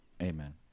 amen